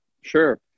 Sure